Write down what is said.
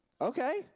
Okay